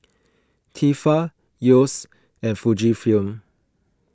Tefal Yeo's and Fujifilm